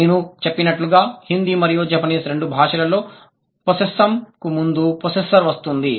నేను చెప్పినట్లుగా హిందీ మరియు జాపనీస్ రెండు భాషలలో పొస్సెస్సామ్ కు ముందు పొస్సెస్సర్ వస్తుంది